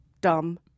dumb